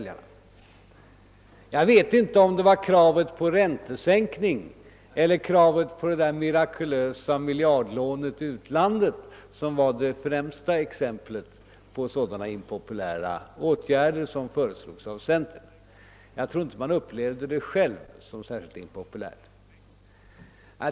Jag vet inte om det var kravet på räntesänkning eller förslaget om det mirakulösa miljardlånet i utlandet som var det främsta exemplet på sådana impopulära åtgärder som föreslogs av centerpartiet. Jag tror inte att centerpartiet självt upplevde dessa förslag som särskilt impopulära.